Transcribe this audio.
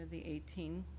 the eighteen.